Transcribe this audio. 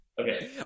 Okay